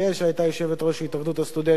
שהיתה יושבת-ראש התאחדות הסטודנטים,